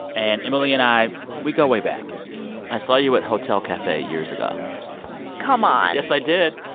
and emily and i we go way back i saw you at hotel cafe years ago come on yes, i did.